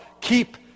keep